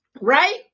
Right